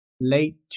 late